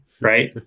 Right